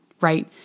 right